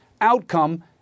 outcome